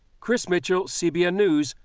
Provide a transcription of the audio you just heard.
chris mitchell, cbn news,